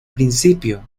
principio